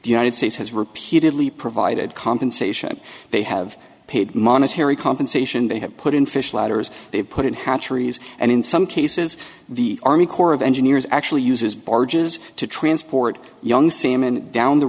the united states has repeatedly provided compensation they have paid monetary compensation they have put in fish ladder they put in hatcheries and in some cases the army corps of engineers actually uses barges to transport young seamen down t